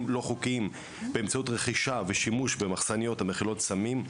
לא חוקיים באמצעות רכישה ושימוש במחסניות המכילות סמים.